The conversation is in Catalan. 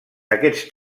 aquest